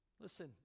Listen